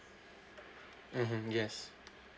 mmhmm yes